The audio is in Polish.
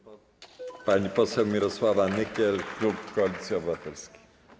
Pani poseł Mirosława Nykiel, klub Koalicja Obywatelska.